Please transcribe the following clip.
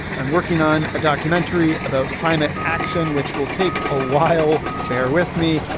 i'm working on a documentary about climate action, which will take a while bear with me.